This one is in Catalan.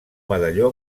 medalló